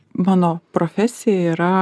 mano profesija yra